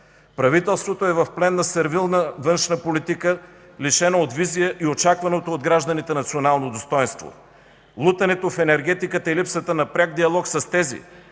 Правителството е в плен на сервилна външна политика, лишена от визия и очакваното от гражданите национално достойнство. Лутането в енергетиката и липсата на пряк диалог с тези,